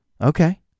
Okay